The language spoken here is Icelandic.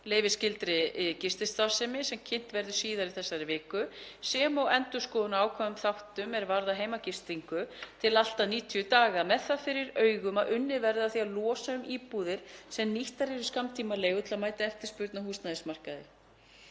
rekstrarleyfisskyldri gististarfsemi sem kynntar verða síðar í þessari viku sem og endurskoðun á ákveðnum þáttum er varða heimagistingu til allt að 90 daga með það fyrir augum að unnið verði að því að losa um íbúðir sem nýttar eru í skammtímaleigu til að mæta eftirspurn á húsnæðismarkaði.